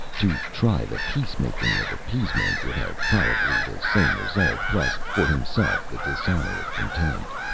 to try the peacemaking of appeasement, would have probably the same result plus, for himself, the dishonor of contempt.